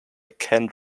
kent